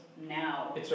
now